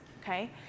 Okay